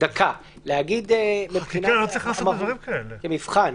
לעשות דברים כאלה.